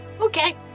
Okay